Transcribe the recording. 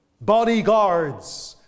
Bodyguards